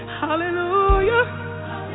hallelujah